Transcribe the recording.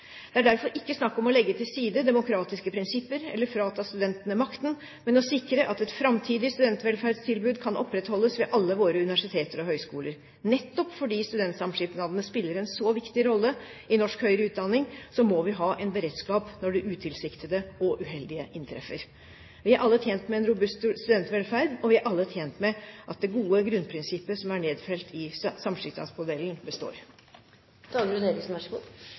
Det er derfor ikke snakk om å legge til side demokratiske prinsipper eller frata studentene makten, men å sikre at et framtidig studentvelferdstilbud kan opprettholdes ved alle våre universiteter og høyskoler. Nettopp fordi studentsamskipnadene spiller en så viktig rolle i norsk høyere utdanning, må vi ha en beredskap når det utilsiktede og uheldige inntreffer. Vi er alle tjent med en robust studentvelferd, og vi er alle tjent med at det gode grunnprinsippet som er nedfelt i samskipnadsmodellen, består. Det høres ut som et veldig greit svar og et veldig trygt svar, og så